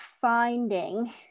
finding